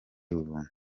ubuntu